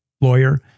lawyer